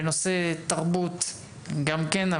בנושא תרבות גם כן,